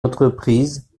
entreprise